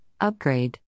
Upgrade